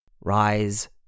Rise